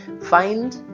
find